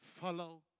follow